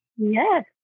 Yes